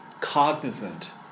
cognizant